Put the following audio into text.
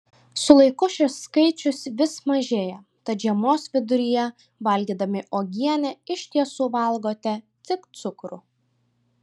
su laiku šis skaičius vis mažėja tad žiemos viduryje valgydami uogienę iš tiesų valgote tik cukrų